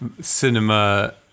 Cinema